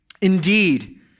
Indeed